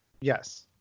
yes